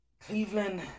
Cleveland